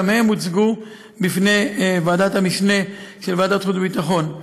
גם הם הוצגו בפני ועדת המשנה של ועדת החוץ והביטחון.